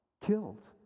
killed